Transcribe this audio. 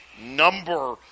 number